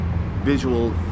visual